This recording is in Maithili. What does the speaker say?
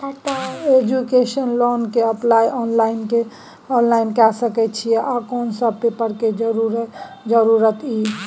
एजुकेशन लोन के अप्लाई ऑनलाइन के सके छिए आ कोन सब पेपर के जरूरत इ?